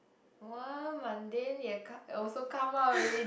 !wah! Monday need to come out~ also come out already